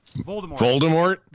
Voldemort